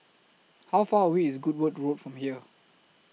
How Far away IS Goodwood Road from here